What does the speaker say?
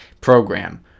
program